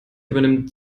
übernimmt